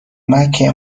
مکه